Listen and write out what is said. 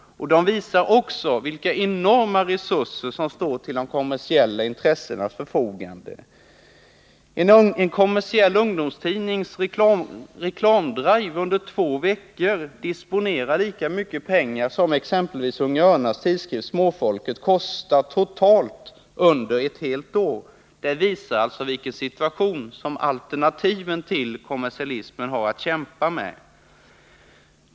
De visar också vilka enorma resurser som står till de kommersiella intressenas förfogande. En kommersiell ungdomstidnings reklamdrive under två veckor disponerar lika mycket pengar som t.ex. Unga örnars tidskrift Småfolket kostar totalt under ett helt år. Det visar vilken ag som alternativen till kommersialismen har att kämpa med.